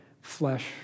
flesh